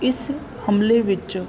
ਇਸ ਹਮਲੇ ਵਿੱਚ